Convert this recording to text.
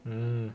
mm